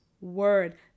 word